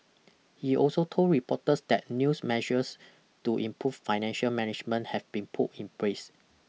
he also told reporters that news measures to improve financial management have been put in place